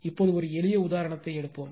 இப்போது ஒரு எளிய உதாரணத்தை எடுப்போம்